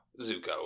Zuko